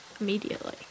immediately